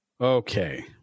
Okay